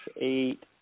eight